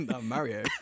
Mario